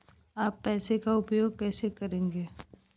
आप पैसे का उपयोग कैसे करेंगे?